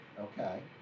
Okay